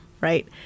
right